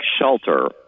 shelter